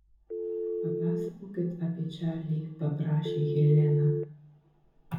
papasakokit apie čarlį paprašė helena